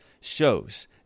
shows